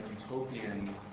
utopian